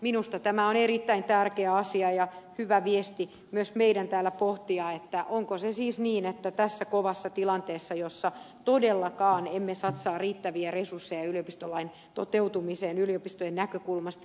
minusta tämä on erittäin tärkeä asia ja hyvä viesti myös meidän täällä pohtia miten käy näille yliopistokeskuksille tässä kovassa tilanteessa jossa todellakaan emme satsaa riittäviä resursseja yliopistolain toteutumiseen yliopistojen näkökulmasta